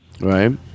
right